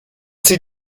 sie